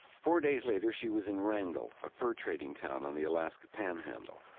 four days later she was in wrangell, a fur-trading town on the alaska panhandle.